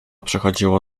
przechodziło